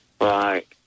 Right